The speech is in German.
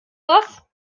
das